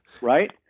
right